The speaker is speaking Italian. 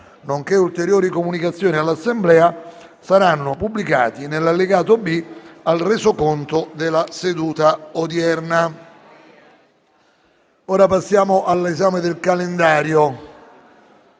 nonché ulteriori comunicazioni all'Assemblea saranno pubblicati nell'allegato B al Resoconto della seduta odierna. **Comunicazioni del Presidente sul calendario